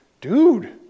Dude